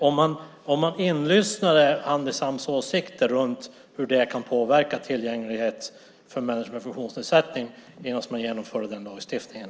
Lyssnade man på Handisams åsikter om hur det kan påverka tillgänglighet för människor med funktionsnedsättning innan man genomförde den lagstiftningen?